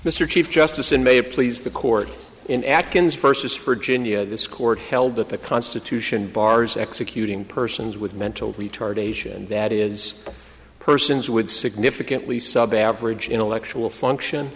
mr chief justice in may please the court in actions first is for ginia this court held that the constitution bars executing persons with mental retardation that is persons would significantly average intellectual function